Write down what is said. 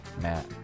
Matt